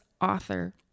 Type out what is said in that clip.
author